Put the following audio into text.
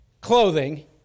clothing